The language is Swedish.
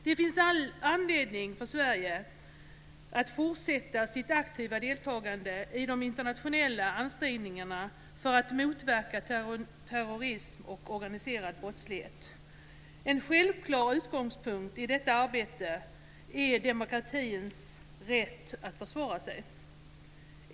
Det finns all anledning för Sverige att fortsätta sitt aktiva deltagande i de internationella ansträngningarna för att motverka terrorism och organiserad brottslighet. En självklar utgångspunkt i detta arbete är demokratins rätt att försvara sig.